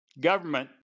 government